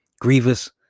grievous